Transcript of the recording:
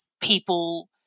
people